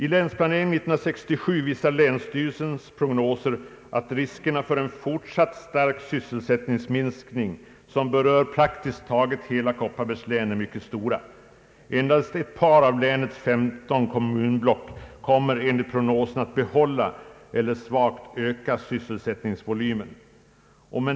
I länsplane ring 1967 visar länsstyrelsens prognoser att riskerna för en fortsatt stark sysselsättningsminskning, som «berör praktiskt taget hela Kopparbergs län, är mycket stora. Endast ett par av länets 15 kommunblock kommer enligt prognosen att behålla eller svagt öka sysselsättningsvolymen.